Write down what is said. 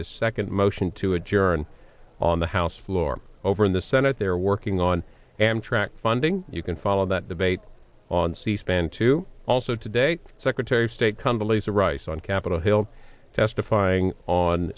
this second motion to adjourn on the house floor over in the senate they're working on amtrak funding you can follow that debate on c span too also today secretary of state condoleezza rice on capitol hill testifying on